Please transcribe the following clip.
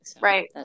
Right